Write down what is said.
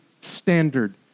standard